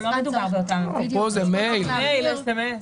פה זה מייל, סמ"ס.